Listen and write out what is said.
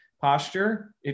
posture